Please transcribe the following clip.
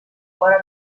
fora